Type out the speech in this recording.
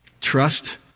Trust